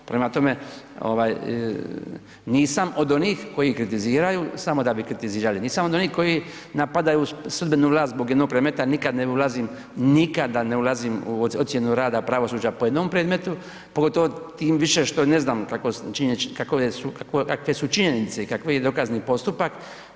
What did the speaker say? Prema tome nisam od onih koji kritiziraju samo da bi kritizirali, nisam od onih koji napadaju sudbenu vlast zbog jednog predmeta, nikad ne ulazim, nikada ne ulazim u ocjenu rada pravosuđa po jednom predmetu, pogotovo tim više što ne znam kakve su činjenice i kakav dokazni postupak.